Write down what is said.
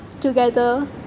together